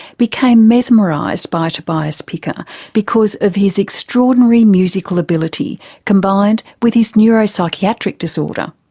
became mesmerised by tobias picker because of his extraordinary musical ability combined with his neuropsychiatric disorder.